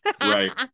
Right